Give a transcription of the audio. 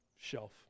Shelf